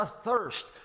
athirst